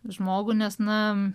žmogų nes na